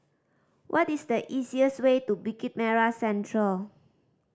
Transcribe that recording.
what is the easiest way to Bukit Merah Central